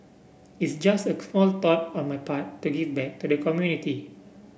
it's just a small thought on my part to give back to the community